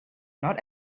not